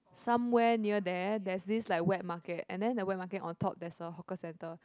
somewhere near there there's this like wet market and then the wet market on top there's a hawker centre